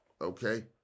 Okay